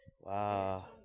Wow